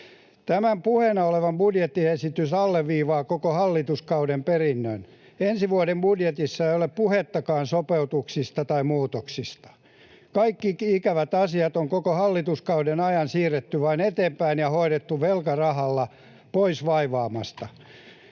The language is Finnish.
Tämä puheena oleva budjettiesitys alleviivaa koko hallituskauden perinnön. Ensi vuoden budjetissa ei ole puhettakaan sopeutuksista tai muutoksista. Kaikki ikävät asiat on koko hallituskauden ajan vain siirretty eteenpäin ja hoidettu velkarahalla pois vaivaamasta.